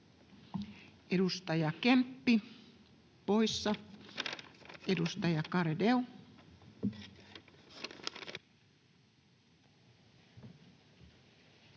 Edustaja Kemppi, poissa. — Edustaja Garedew.